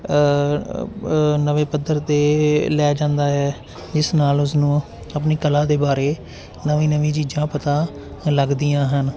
ਨਵੇਂ ਪੱਧਰ 'ਤੇ ਲੈ ਜਾਂਦਾ ਹੈ ਇਸ ਨਾਲ ਉਸਨੂੰ ਆਪਣੀ ਕਲਾ ਦੇ ਬਾਰੇ ਨਵੀਂ ਨਵੀਂ ਚੀਜ਼ਾਂ ਪਤਾ ਲੱਗਦੀਆਂ ਹਨ